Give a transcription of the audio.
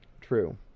true